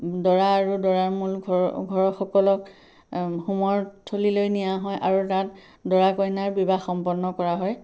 দৰা আৰু দৰাৰ মূল ঘ ঘৰৰসকলক হোমৰ থলীলৈ নিয়া হয় আৰু তাত দৰা কইনাৰ বিবাহ সম্পন্ন কৰা হয়